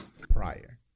prior